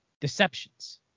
deceptions